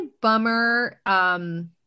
bummer